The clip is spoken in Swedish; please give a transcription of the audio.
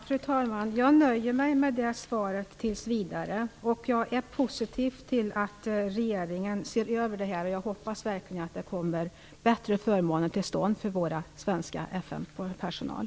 Fru talman! Jag nöjer mig med det svaret tills vidare, och jag är positiv till att regeringen ser över det här. Jag hoppas verkligen att bättre förmåner kommer till stånd för vår svenska FN-personal.